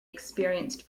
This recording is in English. experienced